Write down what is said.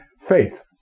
faith